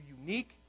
unique